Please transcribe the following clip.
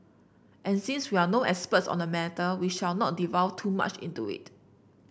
and since we are no experts on the matter we shall not delve too much into it